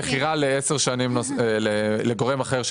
ומכירה לגורם אחר,